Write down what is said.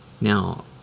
Now